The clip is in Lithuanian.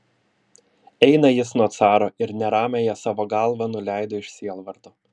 eina jis nuo caro ir neramiąją savo galvą nuleido iš sielvarto